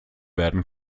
werden